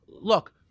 look